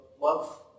love